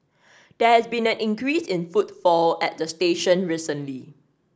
there has been an increase in footfall at the station recently